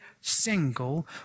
single